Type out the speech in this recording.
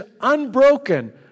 unbroken